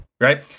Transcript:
right